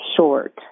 short